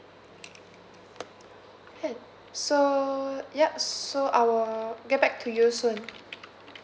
can so ya so I will get back to you soon